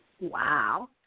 Wow